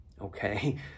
Okay